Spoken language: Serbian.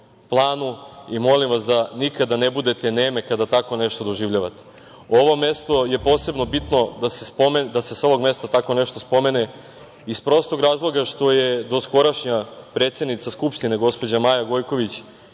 planu. Molim vas da nikada ne budete neme kada tako nešto doživljavate. Ovo mesto je posebno bitno da se sa ovog mesta tako nešto spomene iz prostog razloga što je doskorašnja predsednica Skupštine gospođa Maja Gojković,